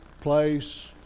place